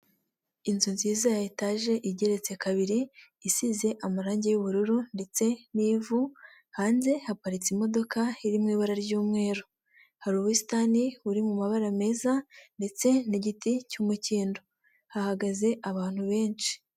Inzu nziza ya etage igeretse kabiri, isize amarangi y'ubururu ndetse n'ivu, hanze haparitse imodoka iri mu ibara ry'umweru. Hari ubusitani buri mu mabara meza ndetse n'igiti cy'umukindo hahagaze abantu benshi.